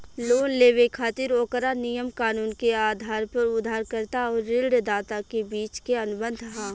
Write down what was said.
loan लेबे खातिर ओकरा नियम कानून के आधार पर उधारकर्ता अउरी ऋणदाता के बीच के अनुबंध ह